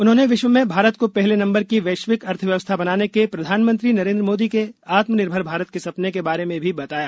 उन्होंने विश्व में भारत को पहले नंबर की वैश्विक अर्थव्यवस्था बनाने के प्रधानमंत्री नरेंद्र मोदी के आत्मनिर्भर भारत के सपने के बारे में भी बताया